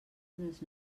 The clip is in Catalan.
unes